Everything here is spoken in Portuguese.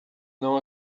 não